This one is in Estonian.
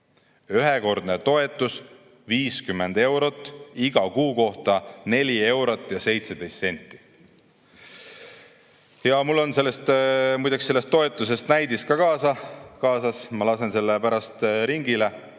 Ühekordne toetus 50 eurot ehk iga kuu kohta 4 eurot ja 17 senti. Mul on selle toetuse kohta näidis ka kaasas, ma lasen selle pärast ringile.